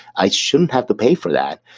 i shouldn't have to pay for that.